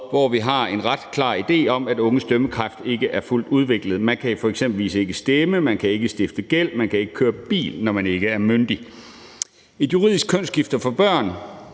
hvor vi har en ret klar idé om, at unges dømmekraft ikke er fuldt udviklet. Man kan f.eks. ikke stemme, man kan ikke stifte gæld, man kan ikke køre bil, når man ikke er myndig. Et juridisk kønsskifte for børn